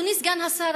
אדוני סגן השר,